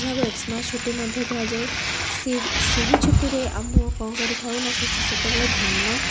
ଏହାକୁ ଏକ୍ସମାସ୍ ଛୁଟି ମଧ୍ୟ କୁହାଯାଏ ସେହି ସେହି ଛୁଟିରେ ଆମ କ'ଣ କରିଥାଉ ନା ସେତେବେଳେ ଧାନ